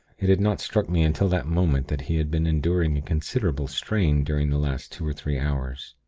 it had not struck me until that moment that he had been enduring a considerable strain during the last two or three hours.